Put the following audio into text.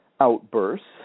outbursts